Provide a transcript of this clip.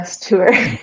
tour